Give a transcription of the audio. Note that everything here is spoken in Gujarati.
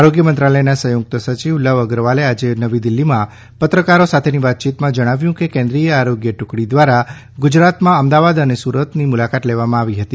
આરોગ્ય મંત્રાલયના સંયુક્ત સચિવ લવ અગરવાલે આજે નવીદિલ્ફીમાં પત્રકારો સાથેની વાતયીતમા જણાવ્યું કે કેન્દ્રિય આરોગ્ય ટુકડી દ્વારા ગુજરાતમાં અમદાવાદ અને સુરતની મુલાકાત લેવામાં આવી હતી